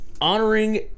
honoring